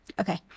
Okay